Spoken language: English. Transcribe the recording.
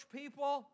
people